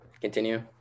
Continue